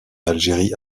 algérie